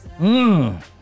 Mmm